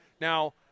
Now